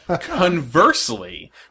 Conversely